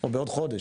או בעוד חודש,